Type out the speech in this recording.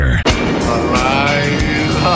alive